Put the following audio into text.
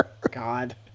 God